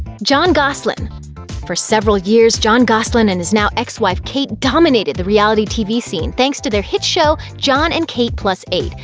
jon gosselin for several years, jon gosselin and his now ex-wife, kate, dominated the reality tv scene thanks to their hit show, jon and kate plus eight,